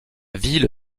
ville